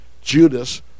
Judas